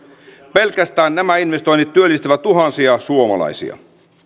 pelkästään nämä investoinnit työllistävät tuhansia suomalaisia